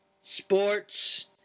sports